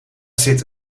zit